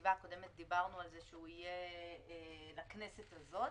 בישיבה הקודמת אמרנו שהוא יהיה לכנסת הזאת.